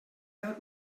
not